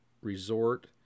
resort